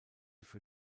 für